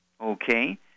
Okay